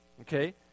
okay